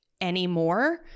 anymore